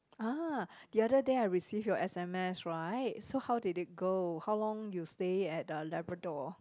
!ah! the other day I receive your s_m_s right so how did it go how long you stay at the Labrador